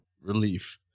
relief